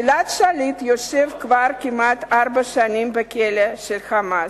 גלעד שליט יושב כבר כמעט ארבע שנים בכלא ה"חמאס",